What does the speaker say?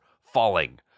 falling